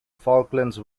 falklands